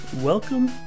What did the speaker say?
welcome